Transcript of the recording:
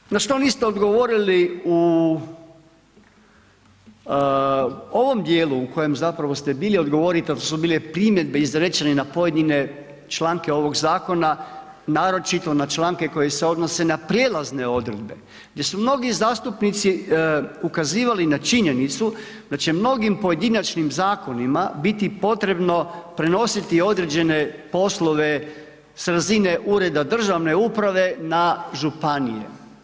Nešto na što niste odgovorili u ovom dijelu u kojem zapravo ste bili odgovorili, to su bile primjedbe izrečene na pojedine članke ovog zakona, naročito na članke koji se odnose na prijelazne odredbe, gdje su mnogi zastupnici ukazivali na činjenicu da će mnogim pojedinačnim zakonima biti potrebno prenositi određene poslove s razine ureda državne uprave na županije.